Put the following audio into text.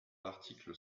l’article